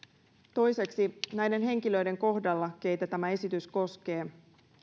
toiseksi näiden henkilöiden kohdalla keitä tämä esitys koskee